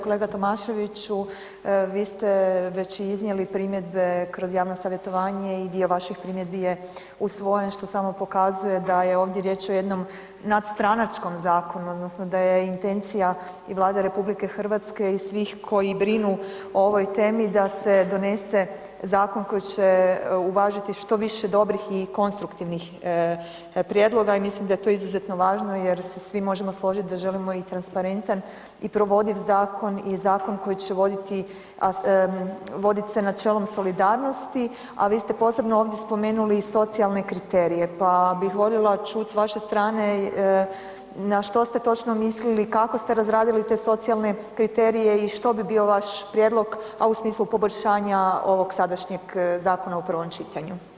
Kolega Tomaševiću, vi ste već i iznijeli primjedbe kroz javno savjetovanje i dio vaših primjedbi je usvojen, što samo pokazuje da je ovdje riječ o jednom nadstranačkom zakonu odnosno da je intencija i Vlade RH i svih koji brinu o ovoj temi da se donese zakon koji će uvažiti što više dobrih i konstruktivnih prijedloga i mislim da je to izuzetno važno jer se svi možemo složit da želimo i transparentan i provodiv zakon i zakon koji će voditi, vodit se načelom solidarnosti, a vi ste posebno ovdje spomenuli i socijalne kriterije, pa bih volila čut s vaše strane na što ste točno mislili, kako ste razradili te socijalne kriterije i što bi bio vaš prijedlog, a u smislu poboljšanja ovog sadašnjeg zakona u prvom čitanju?